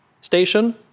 station